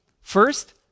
First